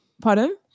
Pardon